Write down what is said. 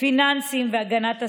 פיננסים והגנת הסביבה,